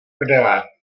prdele